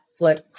Netflix